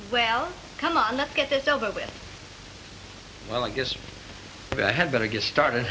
well come on let's get this over with well i guess i had better get started